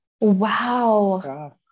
Wow